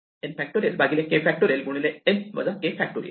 n factorial भागिले k factorial गुणिले n वजा k फॅक्टोरियल